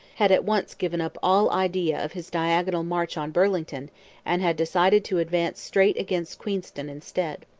had at once given up all idea of his diagonal march on burlington and had decided to advance straight against queenston instead.